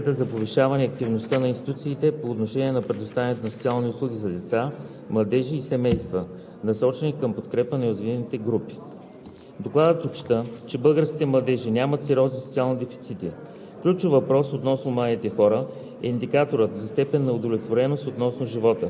Докладът предоставя информация относно програми, проекти и мерки за заетост и обучение, финансирани със средства от държавния бюджет. Запазва се тенденцията за повишаване активността на институциите по отношение на предоставянето на социални услуги за деца, младежи и семейства, насочени към подкрепа на уязвими групи.